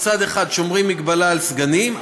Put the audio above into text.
מצד אחד שומרים מגבלה על מספר הסגנים,